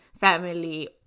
family